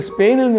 Spain